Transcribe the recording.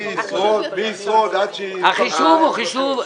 הוא חישוב.